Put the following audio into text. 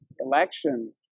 election